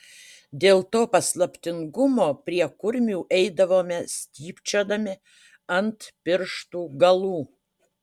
dėl to paslaptingumo prie kurmių eidavome stypčiodami ant pirštų galų